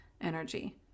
energy